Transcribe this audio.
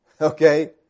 Okay